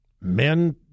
men